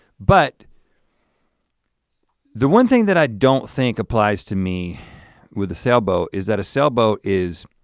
but the one thing that i don't think applies to me with the sailboat is that a sailboat is.